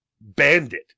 bandit